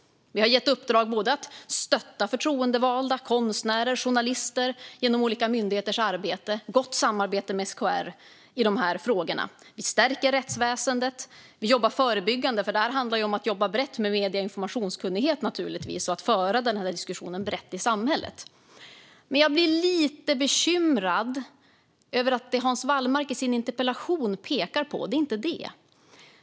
Vi har gett uppdrag om att stötta förtroendevalda, konstnärer och journalister genom olika myndigheters arbete. Vi har ett gott samarbete med SKR i de här frågorna. Vi stärker rättsväsendet. Vi jobbar förebyggande. Det handlar naturligtvis om att jobba brett med medie och informationskunnighet och att föra diskussionen brett i samhället. Jag blir dock lite bekymrad över att det Hans Wallmark pekar på i sin interpellation inte är detta.